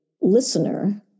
listener